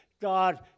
god